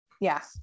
yes